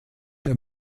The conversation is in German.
der